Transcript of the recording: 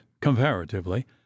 comparatively